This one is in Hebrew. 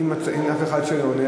אם אין אף אחד שעונה,